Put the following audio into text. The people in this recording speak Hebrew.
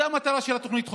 זו המטרה של תוכנית החומש.